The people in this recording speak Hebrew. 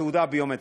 התעודה הביומטרית.